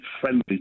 friendly